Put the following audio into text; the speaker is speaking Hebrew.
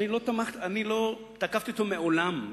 על כל פנים, אני לא תקפתי אותו מעולם.